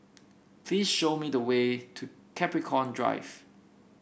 please show me the way to Capricorn Drive